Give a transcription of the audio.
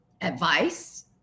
advice